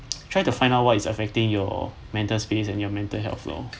try to find out what is affecting your mental space and mental health lor